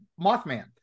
Mothman